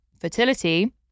fertility